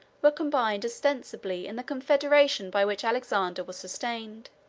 were combined ostensibly in the confederation by which alexander was sustained.